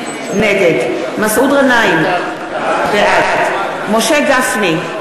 נגד מסעוד גנאים, בעד משה גפני,